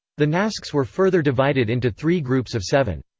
the nasks were further divided into three groups of seven.